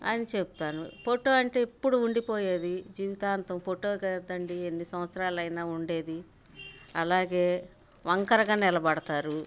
అని చెప్తాను పోటో అంటే ఎప్పుడూ ఉండిపోయేది జీవితాంతం ఫోటో కదండీ ఎన్ని సంవత్సరాలు అయినా ఉండేది అలాగే వంకరగా నిలబడతారు